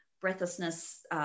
breathlessness